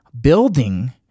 building